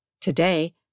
Today